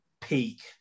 peak